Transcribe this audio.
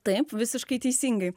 taip visiškai teisingai